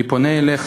אני פונה אליך.